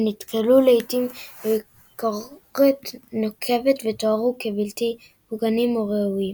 שנתקלו לעיתים בביקורת נוקבת ותוארו כבלתי הוגנים או ראויים.